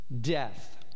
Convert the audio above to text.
Death